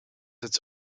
its